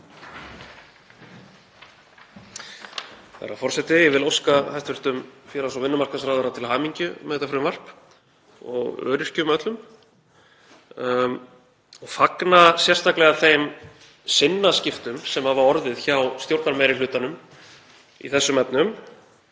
Herra forseti. Ég vil óska hæstv. félags- og vinnumarkaðsráðherra til hamingju með þetta frumvarp og öryrkjum öllum. Ég fagna sérstaklega þeim sinnaskiptum sem hafa orðið hjá stjórnarmeirihlutanum í þessum efnum,